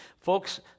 Folks